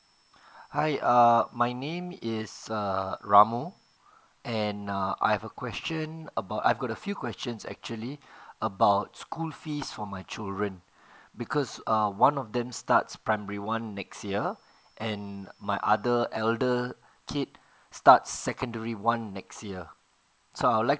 hi uh my name is uh ramu and uh I have a question about I've got a few questions actually about school fees for my children because uh one of them starts primary one next year and my other elder kid starts secondary one next year so I'll like